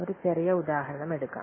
ഒരു ചെറിയ ഉദാഹരണം എടുക്കാം